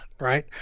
right